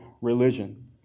religion